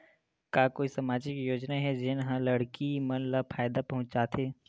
का कोई समाजिक योजना हे, जेन हा लड़की मन ला फायदा पहुंचाथे?